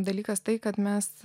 dalykas tai kad mes